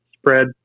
spread